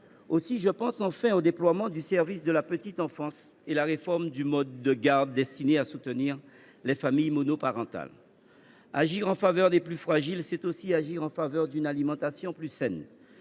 psy ; je pense enfin au déploiement du service de la petite enfance et à la réforme du mode de garde, destinée à soutenir les familles monoparentales. Agir en faveur des plus fragiles, c’est aussi agir en faveur d’une alimentation plus saine,